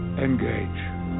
Engage